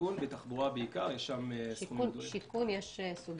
שיכון ותחבורה בעיקר, יש שם סכומים גדולים.